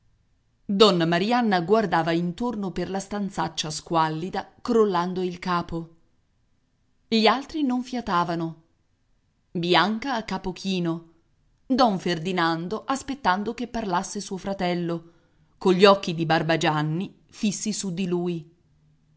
donna marianna guardava intorno per la stanzaccia squallida crollando il capo gli altri non fiatavano bianca a capo chino don ferdinando aspettando che parlasse suo fratello cogli occhi di barbagianni fissi su di lui